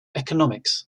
economics